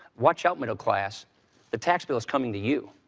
watch out, middle class. the tax bill is coming to you.